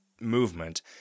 movement